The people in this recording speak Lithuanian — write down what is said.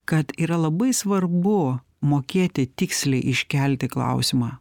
kad yra labai svarbu mokėti tiksliai iškelti klausimą